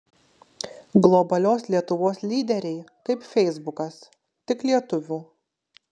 globalios lietuvos lyderiai kaip feisbukas tik lietuvių